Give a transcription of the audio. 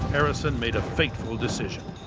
harrison made a fateful decision.